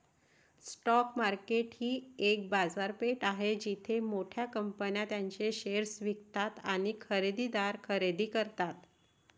stock market ही एक बाजारपेठ आहे जिथे मोठ्या कंपन्या त्यांचे शेअर्स विकतात आणि खरेदीदार खरेदी करतात